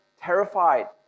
terrified